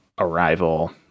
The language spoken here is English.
arrival